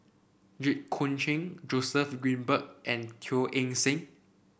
Jit Koon Ch'ng Joseph Grimberg and Teo Eng Seng